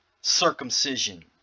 circumcision